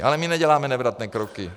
Ale my neděláme nevratné kroky.